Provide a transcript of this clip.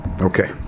Okay